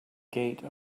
gate